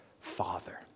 Father